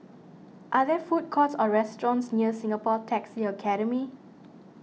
are there food courts or restaurants near Singapore Taxi Academy